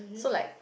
so like